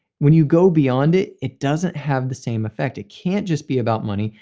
when you go beyond it, it doesn't have the same effect. it can't just be about money,